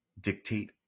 Dictate